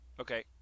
Okay